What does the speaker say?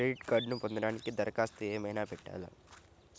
Credit కార్డ్ను పొందటానికి దరఖాస్తు ఏమయినా పెట్టాలా?